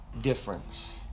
difference